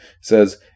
says